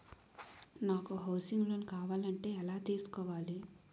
నాకు housing loan కావాలంటే ఎలా తీసుకోవాలి?